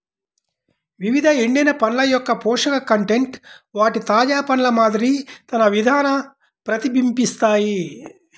వివిధ ఎండిన పండ్ల యొక్కపోషక కంటెంట్ వాటి తాజా పండ్ల మాదిరి తన విధాన ప్రతిబింబిస్తాయి